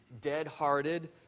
dead-hearted